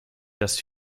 dass